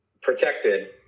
protected